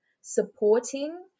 supporting